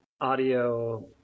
audio